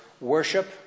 worship